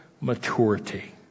maturity